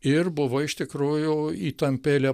ir buvo iš tikrųjų įtampėlė